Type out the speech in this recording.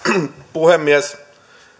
puhemies